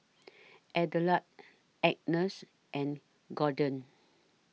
Adelard Agnes and Gordon